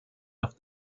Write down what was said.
off